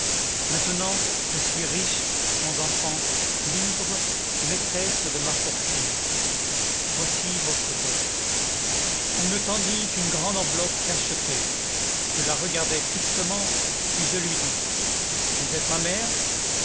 maintenant je suis riche sans enfants libre maîtresse de ma fortune voici votre dot elle me tendit une grande enveloppe cachetée je la regardai fixement puis je lui dis vous êtes ma mère